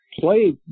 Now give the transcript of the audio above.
play